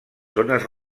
zones